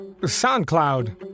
SoundCloud